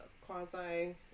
quasi